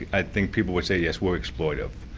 i think people would say yes, we're exploitative.